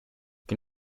can